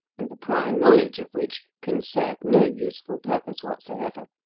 and the prior knowledge of which can serve no useful purpose whatsoever,